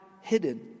hidden